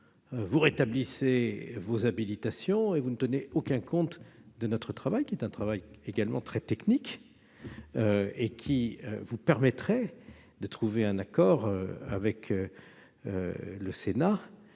vous rétablissez vos habilitations et vous ne tenez aucun compte de notre travail. Nous avons pourtant effectué un travail également très technique qui vous permettrait de trouver un accord avec le Sénat